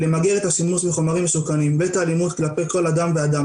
למגר את השימוש בחומרים מסוכנים ואת האלימות כלפי כל אדם ואדם